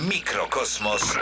Mikrokosmos